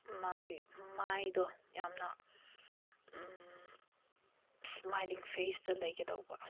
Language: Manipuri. ꯃꯥꯒꯤ ꯃꯥꯏꯗꯣ ꯌꯥꯝꯅ ꯏꯁꯃꯥꯏꯂꯤꯡ ꯐꯦꯁꯇ ꯂꯩꯒꯗꯧꯕ